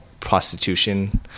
Prostitution